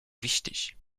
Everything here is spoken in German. wichtig